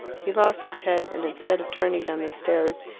he lost his head, and, instead of turning down the stairs,